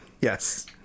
Yes